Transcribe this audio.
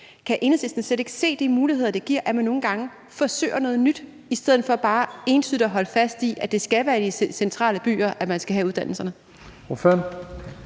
Kan Enhedslisten slet ikke se de muligheder, det giver, at man nogle gange forsøger noget nyt i stedet for bare entydigt at holde fast i, at det skal være i de centrale byer, man skal have uddannelserne?